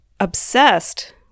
obsessed